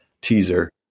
teaser